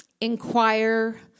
inquire